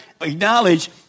acknowledge